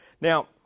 Now